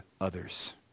others